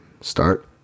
start